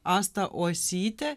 asta uosytė